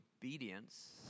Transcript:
obedience